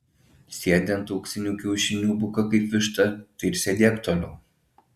sėdi ant auksinių kiaušinių buka kaip višta tai ir sėdėk toliau